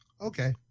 Okay